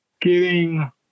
giving